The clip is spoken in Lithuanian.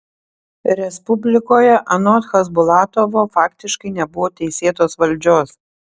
respublikoje anot chasbulatovo faktiškai nebuvo teisėtos valdžios